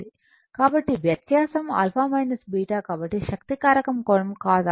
కాబట్టి వ్యత్యాసం α β కాబట్టి శక్తి కారకం కోణం cos α β